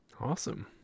awesome